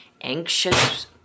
anxious